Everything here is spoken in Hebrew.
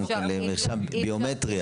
למרשם ביומטרי,